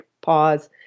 pause